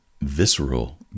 visceral